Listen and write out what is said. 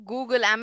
Google